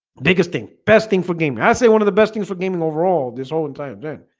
biggest thing best thing for gaming i say one of the best things for gaming overall this whole entire day